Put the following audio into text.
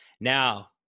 Now